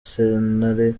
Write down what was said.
sentare